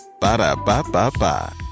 Ba-da-ba-ba-ba